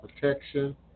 protection